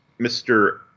Mr